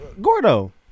Gordo